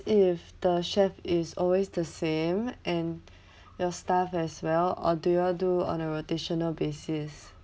if the chef is always the same and your staff as well or do you all do on a rotational basis